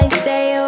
stay